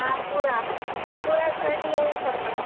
हा पूरा पूरा छह ॾींहं ई खपनि